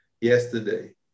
yesterday